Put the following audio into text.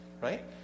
right